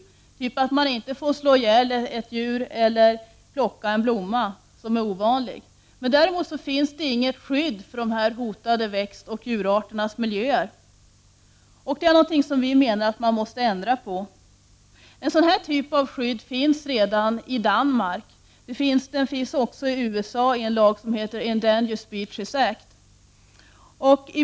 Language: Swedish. Man får alltså inte slå ihjäl djur eller plocka ovanliga blommor. Men det finns inget skydd för de hotade växtoch djurarternas miljöer. Vi menar att det är något som man måste ändra på. En sådan typ av skydd finns redan i Danmark och även i USA i en lag som heter Endangered species act.